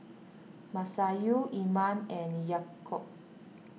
Masayu Iman and Yaakob